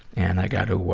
and i gotta, ah,